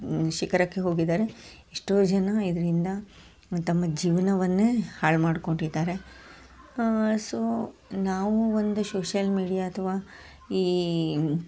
ಶಿಖರಕ್ಕೆ ಹೋಗಿದ್ದಾರೆ ಎಷ್ಟೋ ಜನ ಇದರಿಂದ ತಮ್ಮ ಜೀವನವನ್ನೇ ಹಾಳು ಮಾಡ್ಕೊಂಡಿದ್ದಾರೆ ಸೊ ನಾವು ಒಂದು ಶೋಶಲ್ ಮೀಡಿಯಾ ಅಥವಾ ಈ